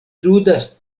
ludas